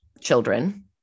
children